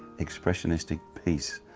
expressionistic piece?